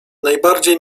najbardziej